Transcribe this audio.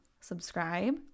subscribe